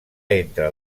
entra